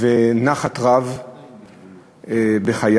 ונחת רבה בחייו.